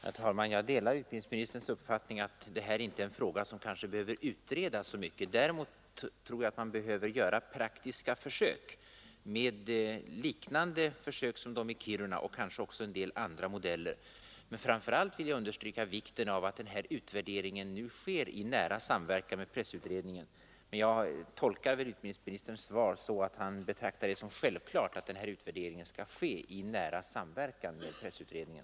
Herr talman! Jag delar utbildningsministerns uppfattning att detta kanske inte är en fråga som behöver utredas så mycket mera. Däremot tror jag att man behöver göra praktiska försök liknande dem i Kiruna och kanske också en del andra. Men framför allt vill jag understryka vikten av att utvärderingen sker i nära samverkan med pressutredningen. Jag tolkar utbildningsministerns svar så att han betraktar det som självklart att utvärderingen skall ske i nära samverkan med pressutredningen.